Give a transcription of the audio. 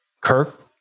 Kirk